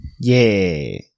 Yay